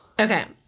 Okay